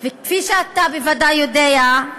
וכפי שאתה בוודאי יודע,